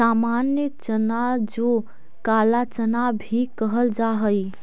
सामान्य चना जो काला चना भी कहल जा हई